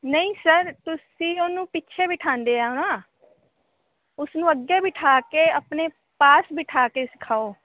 ਨਹੀਂ ਸਰ ਤੁਸੀਂ ਉਹਨੂੰ ਪਿੱਛੇ ਬਿਠਾਉਂਦੇ ਆ ਨਾ ਉਸਨੂੰ ਅੱਗੇ ਬਿਠਾ ਕੇ ਆਪਣੇ ਪਾਸ ਬਿਠਾ ਕੇ ਸਿਖਾਓ